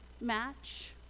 match